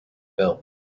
built